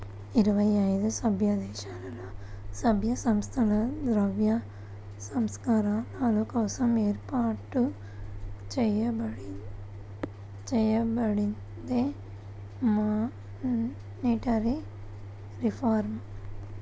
ఇరవై ఏడు సభ్యదేశాలలో, సభ్య సంస్థలతో ద్రవ్య సంస్కరణల కోసం ఏర్పాటు చేయబడిందే మానిటరీ రిఫార్మ్